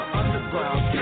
underground